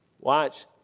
Watch